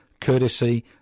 courtesy